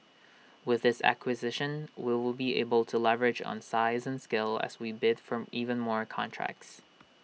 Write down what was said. with this acquisition we will be able to leverage on size and scale as we bid for even more contracts